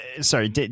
Sorry